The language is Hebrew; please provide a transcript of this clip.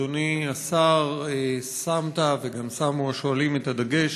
אדוני השר, שמת וגם שמו השואלים את הדגש